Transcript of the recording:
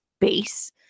base